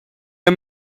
jeu